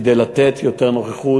כדי לתת יותר נוכחות,